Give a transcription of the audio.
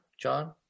John